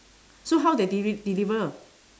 so how they deli~ deliver